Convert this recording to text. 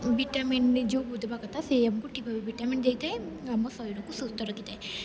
vitamin ଯେଉଁ ଦେବା କଥା ସେ ଆମକୁ ଠିକ୍ ଭାବେ ଭିଟାମିନ ଦେଇଥାଏ ଆମ ଶରୀରକୁ ସୁସ୍ଥ ରଖିଥାଏ